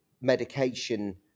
medication